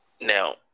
Now